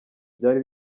byari